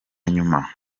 nyuma